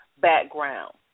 background